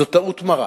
זו טעות מרה.